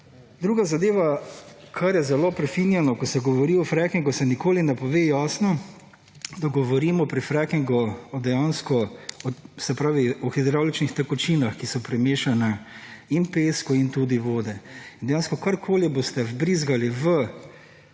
Druga zadeva, kar je zelo prefinjeno. Ko se govori o frackingu, se nikoli ne pove jasno, da govorimo pri frackingu dejansko o hidravličnih tekočinah, ki so primešane in pesku in tudi vodi. In dejansko karkoli boste vbrizgali v,